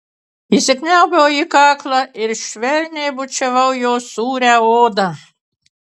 įsikniaubiau į kaklą ir švelniai bučiavau jo sūrią odą